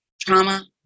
Trauma